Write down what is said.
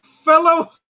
Fellow